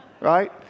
Right